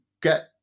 get